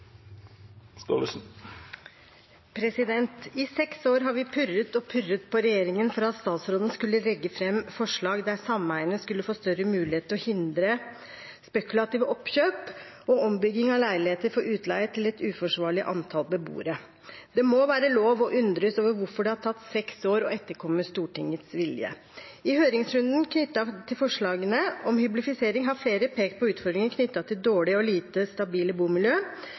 at statsråden skulle legge fram forslag der sameiene skulle få større mulighet til å hindre spekulative oppkjøp og ombygging av leiligheter for utleie til et uforsvarlig antall beboere. Det må være lov til å undres over hvorfor det har tatt seks år å etterkomme Stortingets vilje. I høringsrunden knyttet til forslagene om hyblifisering har flere pekt på utfordringer knyttet til dårlige og lite stabile